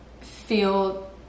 feel